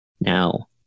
Now